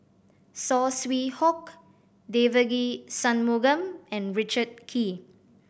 Saw Swee Hock Devagi Sanmugam and Richard Kee